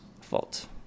fault